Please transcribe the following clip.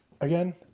again